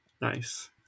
Nice